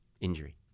injury